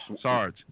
Sarge